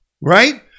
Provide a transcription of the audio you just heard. right